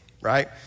right